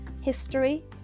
history